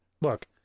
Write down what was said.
Look